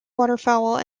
waterfowl